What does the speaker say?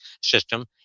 system